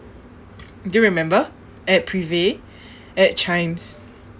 do you remember at prive at chimes